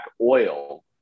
oil